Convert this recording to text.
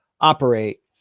operate